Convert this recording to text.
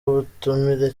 ubutumire